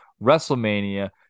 wrestlemania